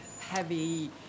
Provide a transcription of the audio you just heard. heavy